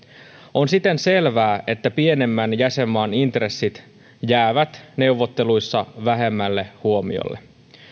on siten selvää että pienemmän jäsenmaan intressit jäävät neuvotteluissa vähemmälle huomiolle